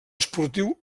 esportiu